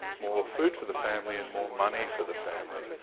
more food for the family and more money for the family.